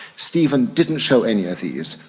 stephen didn't show any of these.